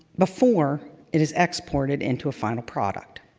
before it is exported into a final product.